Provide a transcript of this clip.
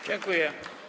Dziękuję.